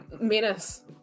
menace